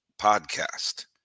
podcast